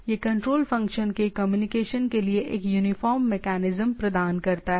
यह control function के communication के लिए एक यूनिफॉर्म मेकैनिज्म प्रदान करता है